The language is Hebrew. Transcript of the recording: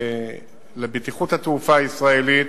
לבטיחות התעופה הישראלית,